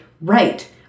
right